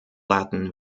latin